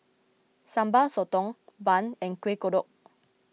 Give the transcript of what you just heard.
Sambal Sotong Bun and Kueh Kodok